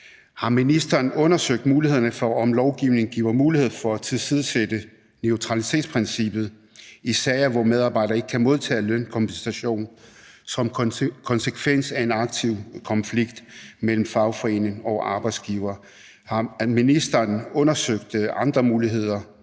Har ministeren undersøgt mulighederne for, om lovgivningen giver mulighed for at tilsidesætte neutralitetsprincippet i sager, hvor medarbejdere ikke kan modtage lønkompensation som konsekvens af en aktiv konflikt mellem fagforening og arbejdsgiver? Har ministeren undersøgt andre muligheder